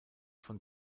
von